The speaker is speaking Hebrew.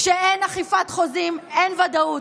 כשאין אכיפת חוזים, אין ודאות,